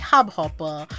HubHopper